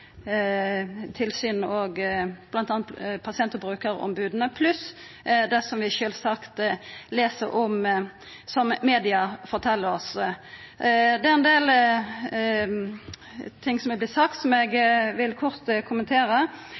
pluss det som vi les om sjølvsagt, som media fortel oss. Det er ein del ting som er vorte sagt, som eg kort vil kommentera.